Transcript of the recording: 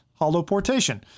holoportation